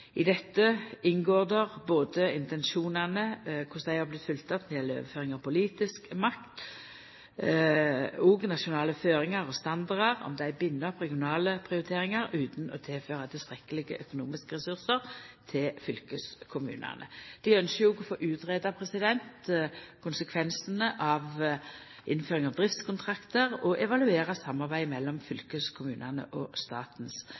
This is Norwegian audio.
I dette inngår å sjå på korleis intensjonane om overføring av politisk makt har vorte oppfylte, og om nasjonale føringar og standardar bind opp regionale prioriteringar utan å tilføra tilstrekkelege økonomiske ressursar til fylkeskommunane. KS ynskjer òg å få greidd ut konsekvensane av innføring av driftskontraktar og evaluera samarbeidet mellom fylkeskommunane og Statens